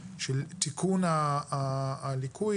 של תיקון הליקוי,